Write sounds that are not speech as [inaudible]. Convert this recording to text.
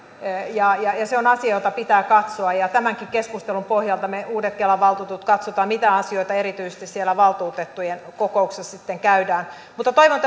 ja se on asia jota pitää katsoa tämänkin keskustelun pohjalta me uudet kelan valtuutetut katsomme mitä asioita erityisesti siellä valtuutettujen kokouksessa sitten käydään mutta toivon [unintelligible]